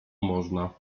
można